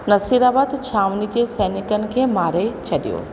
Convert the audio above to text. नसीराबाद छावनी जे सैनिकनि खे मारे छॾियो